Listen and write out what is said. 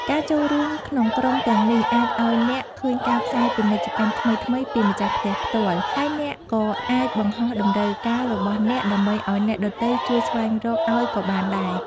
ការចូលរួមក្នុងក្រុមទាំងនេះអាចឱ្យអ្នកឃើញការផ្សាយពាណិជ្ជកម្មថ្មីៗពីម្ចាស់ផ្ទះផ្ទាល់ ហើយអ្នកក៏អាចបង្ហោះតម្រូវការរបស់អ្នកដើម្បីឱ្យអ្នកដទៃជួយស្វែងរកអោយក៏បានដែរ។